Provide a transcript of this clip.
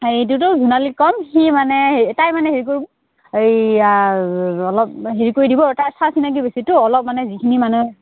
কম সি মানে হে তাই মানে হেৰি কৰিব এই অলপ হেৰি কৰি দিব তাই চা চিনাকি বেছিটো অলপ মানে যিখিনি মানুহ